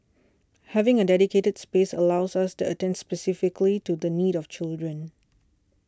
having a dedicated space allows us to attend specifically to the needs of children